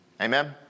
Amen